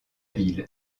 ville